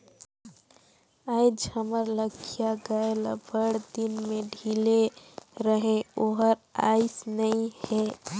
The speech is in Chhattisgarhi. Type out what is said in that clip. आयज हमर लखिया गाय ल बड़दिन में ढिले रहें ओहर आइस नई हे